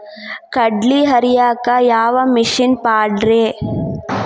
ಕಡ್ಲಿ ಹರಿಯಾಕ ಯಾವ ಮಿಷನ್ ಪಾಡ್ರೇ?